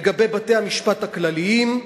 לגבי בתי-המשפט הכלליים: